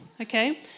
okay